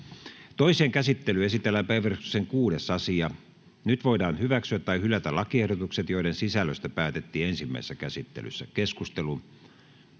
Toiseen käsittelyyn esitellään päiväjärjestyksen 4. asia. Nyt voidaan hyväksyä tai hylätä lakiehdotukset, joiden sisällöstä päätettiin ensimmäisessä käsittelyssä.